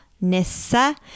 Nissa